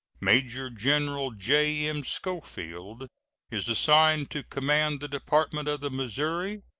major-general j m. schofield is assigned to command the department of the missouri.